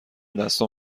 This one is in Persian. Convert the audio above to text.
دستام